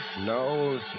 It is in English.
no